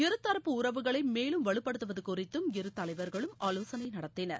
இருதரப்பு உறவுகளை மேலும் வலுப்படுத்துவது குறித்தும் இரு தலைவர்களும் ஆலோசனை நடத்தினர்